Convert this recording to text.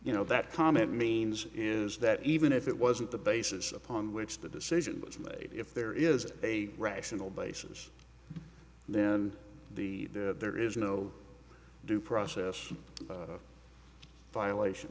you know that comment means is that even if it wasn't the basis upon which the decision was made if there is a rational basis then the there is no due process violation